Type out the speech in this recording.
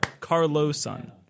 Carlosson